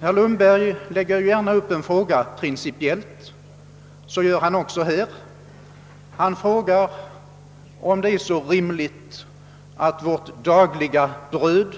Herr Lundberg lägger gärna upp en fråga principiellt och så gör han också här. Han frågar, om det är rimligt att vårt dagliga bröd